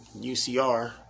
UCR